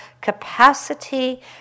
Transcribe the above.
capacity